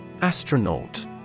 astronaut